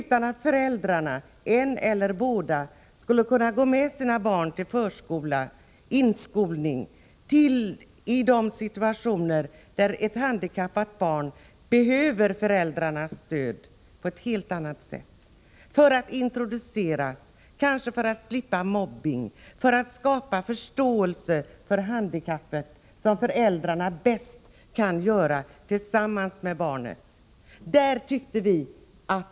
En av eller båda föräldrarna skulle kunna gå med sitt barn till förskolan eller inskolningen, i en situation där ett handikappat barn behöver föräldrarnas stöd på ett helt annat sätt — för att introducera barnet, kanske för att det skall slippa mobbning och för att skapa förståelse för och kännedom om handikappet. Föräldrarna är bäst lämpade att tillsammans med barnet informera och introducera.